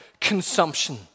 consumption